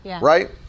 right